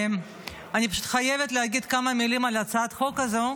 אני חייבת להגיד כמה מילים על הצעת החוק הזאת: